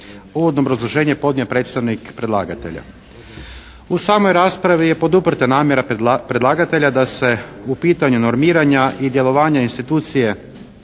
Uvodno obrazloženje podnio je predstavnik predlagatelja. U samoj raspravi je poduprta namjera predlagatelja da se u pitanju normiranja i djelovanja institucije